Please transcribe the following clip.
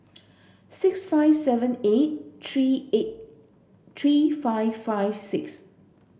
six five seven eight three eight three five five six